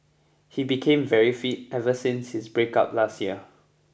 he became very fit ever since his breakup last year